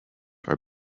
are